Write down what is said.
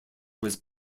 was